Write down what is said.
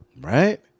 Right